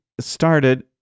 started